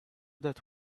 that